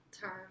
Term